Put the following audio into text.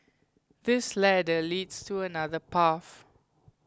this ladder leads to another path